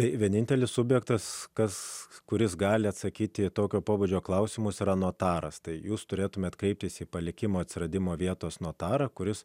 tai vienintelis subjektas kas kuris gali atsakyti į tokio pobūdžio klausimus yra notaras tai jūs turėtumėte kreiptis į palikimo atsiradimo vietos notarą kuris